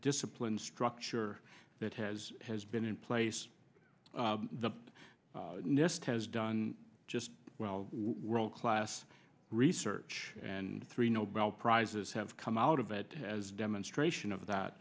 disciplined structure that has has been in place the nist has done just well world class research and three nobel prizes have come out of it as a demonstration of that